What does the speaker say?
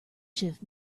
shift